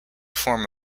form